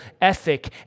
ethic